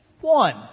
one